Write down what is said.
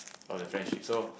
of the friendship so